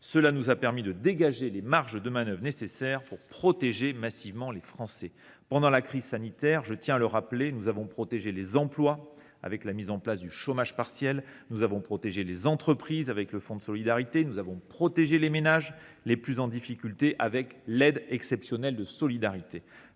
Cela nous a permis de dégager les marges de manœuvre nécessaires pour protéger massivement les Français. Pendant la crise sanitaire, je tiens à le rappeler, nous avons protégé les emplois avec la mise en place du chômage partiel ; nous avons protégé les entreprises avec le fonds de solidarité ; nous avons protégé les ménages les plus en difficulté avec l’aide exceptionnelle de solidarité.